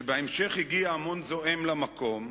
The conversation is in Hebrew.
שבהמשך הגיע המון זועם למקום,